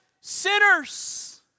sinners